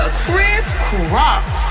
crisscross